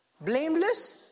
blameless